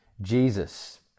Jesus